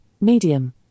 medium